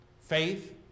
Faith